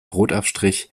brotaufstrich